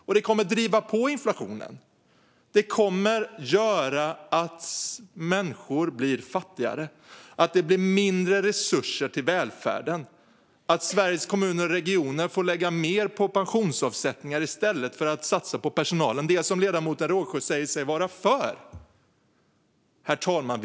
Detta kommer att driva på inflationen, göra människor fattigare, minska resurserna till välfärden och tvinga Sveriges kommuner och regioner att lägga mer på pensionsavsättningar i stället för att satsa på personalen, alltså det som ledamoten Rågsjö säger sig vara för. Herr talman!